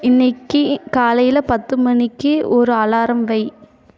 இன்றைக்கு காலையில் பத்து மணிக்கு ஒரு அலாரம் வை